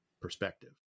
perspective